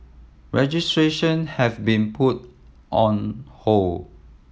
registration have been put on hold